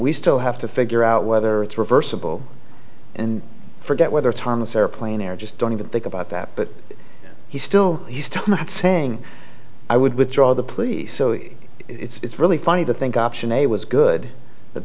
we still have to figure out whether it's reversible and forget whether it's harmless airplane or just don't even think about that but he still he's talking about saying i would withdraw the police so it's really funny to think option a was good that